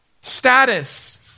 Status